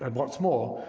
and what's more,